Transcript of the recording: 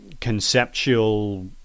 conceptual